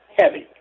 heavy